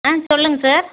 ஆ சொல்லுங்கள் சார்